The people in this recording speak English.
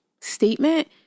statement